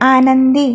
आनंदी